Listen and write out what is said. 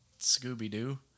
Scooby-Doo